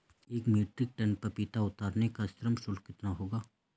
एक metric tonne पपीता उतारने का श्रम शुल्क कितना होगा?